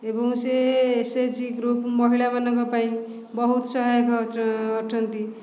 ଏବଂ ସେ S H G group ମହିଳାମାନଙ୍କ ପାଇଁ ବହୁତ ସହାୟକ ଅଟନ୍ତି